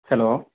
hello